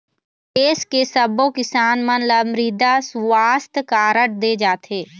देस के सब्बो किसान मन ल मृदा सुवास्थ कारड दे जाथे